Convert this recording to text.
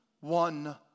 one